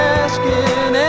asking